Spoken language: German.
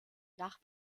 nach